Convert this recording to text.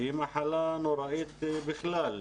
שהיא מחלה נוראית בכלל,